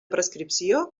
prescripció